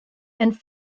and